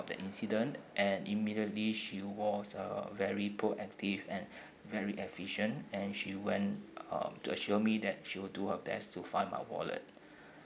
the incident and immediately she was uh very proactive and very efficient and she went um to assure me that she would do her best to find my wallet